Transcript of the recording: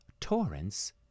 torrents